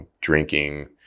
drinking